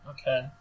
Okay